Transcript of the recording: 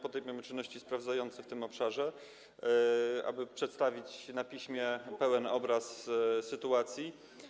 Podejmiemy czynności sprawdzające w tym obszarze, aby przedstawić na piśmie pełen obraz sytuacji.